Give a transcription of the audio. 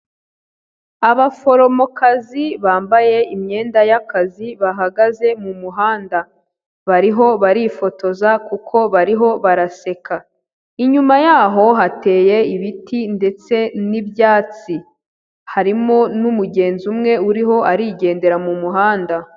Abaforomokazi bambaye imyenda y'akazi bahagaze mu muhanda bariho barifotoza kuko bariho baraseka, inyuma yaho hateye ibiti ndetse n'ibyatsi harimo n'umugenzi umwe uriho arigendera mu muhanda.